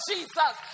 Jesus